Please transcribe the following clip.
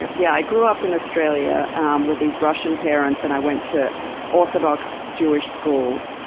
yeah yeah, i grew up in australia um with these russian parents, and i went to orthodox jewish school.